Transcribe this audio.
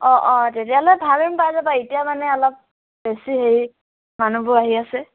অ' অ' তেতিয়ালৈ ভাল ৰুম পাই যাবা এতিয়া মানে অলপ বেছি হেৰি মানুহবোৰ আহি আছে